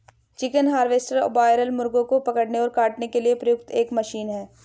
chicken harvester broiler मुर्गों को पकड़ने और काटने के लिए प्रयुक्त एक मशीन है